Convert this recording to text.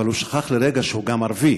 אבל הוא שכח לרגע שהוא גם ערבי.